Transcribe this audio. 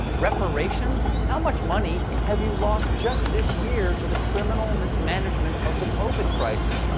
reparations? how much money have you lost just this year to the criminal mismanagement of the covid crisis?